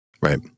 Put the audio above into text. Right